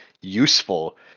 useful